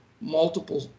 multiple